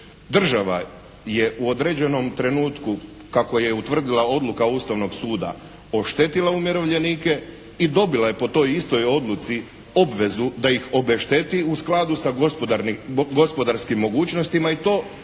Država je u određenom trenutku kako je utvrdila odluka Ustavnog suda oštetila umirovljenike i dobila je po toj istoj odluci obvezu da ih obešteti u skladu s gospodarskim mogućnostima. I to